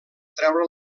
treure